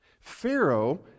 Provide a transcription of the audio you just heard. Pharaoh